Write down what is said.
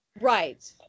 Right